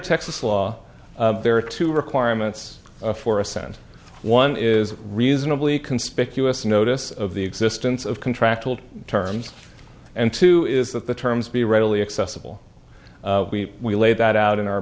texas law there are two requirements for assent one is reasonably conspicuous notice of the existence of contractual terms and two is that the terms be readily accessible we laid that out in our